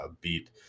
beat